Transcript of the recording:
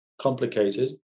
complicated